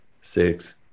six